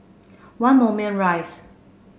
One Moulmein Rise